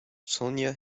sonja